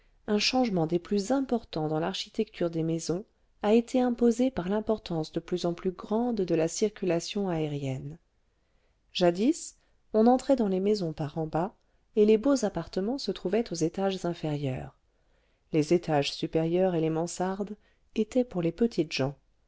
un changement des plus importants dans l'architecture des maisons a été imposé par l'importance de plus en plus grande de la circulation aérienne jadis on entrait dans les maisons par en bas et les beaux appartements se trouvaient aux étages inférieurs les étages supérieurs et les mansardes étaient pour les petites gens